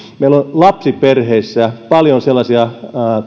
meillä on lapsiperheissä paljon sellaisia